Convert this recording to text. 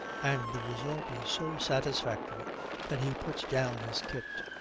and the result is so satisfactory that he puts down his kit.